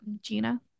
Gina